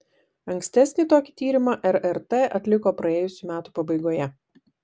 ankstesnį tokį tyrimą rrt atliko praėjusių metų pabaigoje